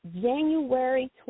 January